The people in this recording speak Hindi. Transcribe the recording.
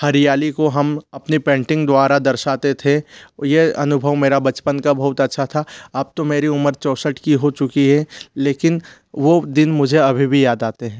हरियाली को हम अपनी पैंटिंग द्वारा दर्शाते थे और यह अनुभव मेरा बचपन का बहुत अच्छा था अब तो मेरी उम्र चौसठ की हो चुकी है लेकिन वह दिन मुझे अभी भी याद आते हैं